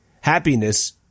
Happiness